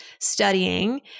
studying